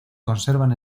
conservan